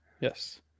Yes